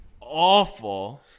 awful